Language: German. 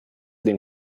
den